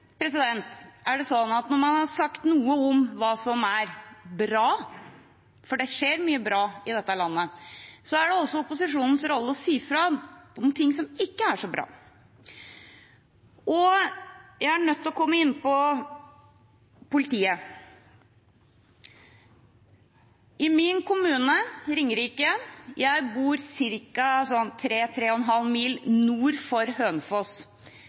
Når man har sagt noe om hva som er bra, for det skjer mye bra i dette landet, er det også opposisjonens rolle å si fra om ting som ikke er så bra. Jeg er nødt til å komme inn på politiet. I min kommune, Ringerike – jeg bor ca. 3–3,5 mil nord for